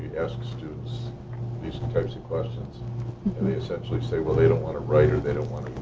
ask students these types of questions and they essentially say, well, they don't want to write or they don't want